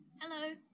Hello